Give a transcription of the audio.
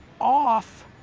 off